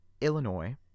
Illinois